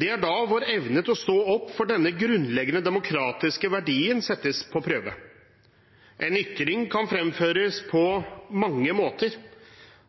Det er da vår evne til å stå opp for denne grunnleggende demokratiske verdien settes på prøve. En ytring kan fremføres på mange måter.